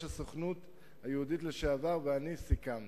הסוכנות היהודית לשעבר ואני סיכמנו.